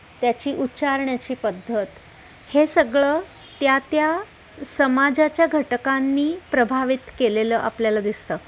त्याची उच्चारण्याची पद्धत हे सगळं त्या त्या समाजाच्या घटकांनी प्रभावित केलेलं आपल्याला दिसतं